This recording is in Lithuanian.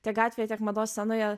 tiek gatvėje tiek mados scenoje